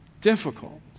Difficult